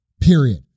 period